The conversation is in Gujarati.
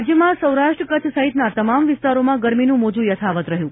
હવામાન રાજ્યમાં સૌરાષ્ટ્ર કચ્છ સહિતના તમામ વિસ્તારોમાં ગરમીનું મોજું યથાવત રહ્યું છે